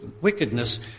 wickedness